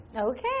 Okay